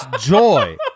joy